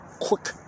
Quick